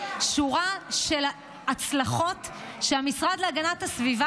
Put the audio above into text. שורה של הצלחות שהמשרד להגנת הסביבה.